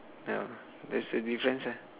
no there is a defence eh